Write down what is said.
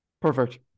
Perfect